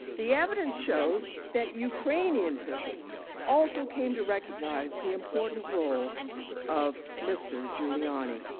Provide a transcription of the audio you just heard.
the evidence shows that ukrainian officials also came to recognize the important role of mr. giuliani.